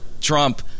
Trump